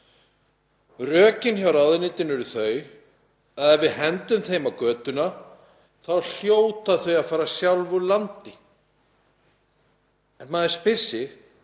Rökin hjá ráðuneytinu eru þau að ef við hendum þeim út á götuna þá hljóti þau að fara sjálf úr landi. En maður spyr sig: